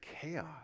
chaos